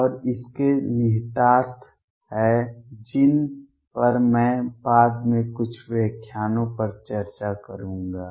और इसके निहितार्थ हैं जिन पर मैं बाद में कुछ व्याख्यानों पर चर्चा करूंगा